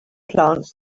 plants